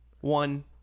One